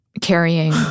carrying